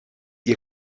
ihr